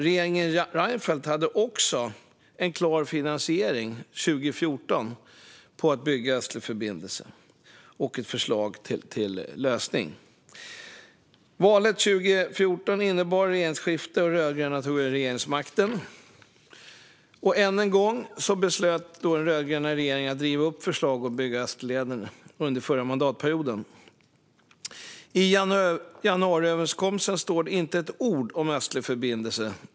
Regeringen Reinfeldt hade 2014 finansieringen för att bygga Östlig förbindelse klar och ett förslag till lösning. Valet 2014 innebar regeringsskifte, och de rödgröna tog över regeringsmakten. Än en gång beslutade den rödgröna regeringen under den förra mandatperioden att riva upp förslaget om att bygga Österleden. I januariöverenskommelsen står inte ett ord om Östlig förbindelse.